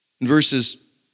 Verses